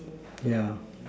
yeah